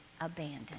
abandoned